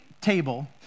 table